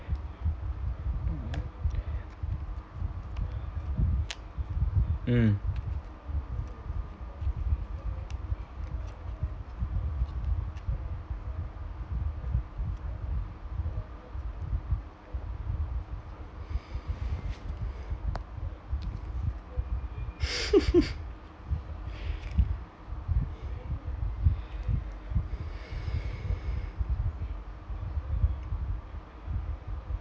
mm